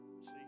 See